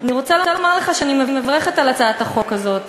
אני רוצה לומר לך שאני מברכת על הצעת החוק הזאת,